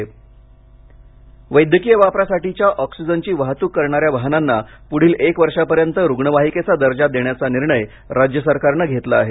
वैद्यकीय ऑक्सिजन वैद्यकीय वापरासाठीच्या ऑक्सिजनची वाहतूक करणाऱ्या वाहनांना पुढील एक वर्षापर्यंत रुग्णवाहिकेचा दर्जा देण्याचा निर्णय राज्य सरकारनं घेतला आहे